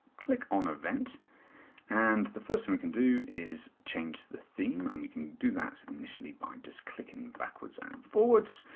click on event and the first thing we can do is change the theme and we can do that initially by just clicking backwards and forwards,